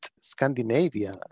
Scandinavia